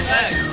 Back